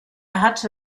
hatte